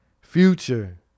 future